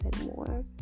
more